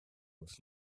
was